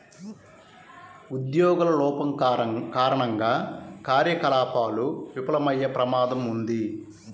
ఉద్యోగుల లోపం కారణంగా కార్యకలాపాలు విఫలమయ్యే ప్రమాదం ఉంది